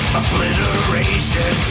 obliteration